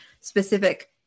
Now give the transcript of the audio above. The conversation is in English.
specific